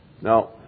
Now